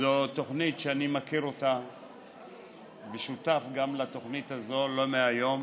זו תוכנית שאני מכיר ושותף לתוכנית הזאת לא מהיום.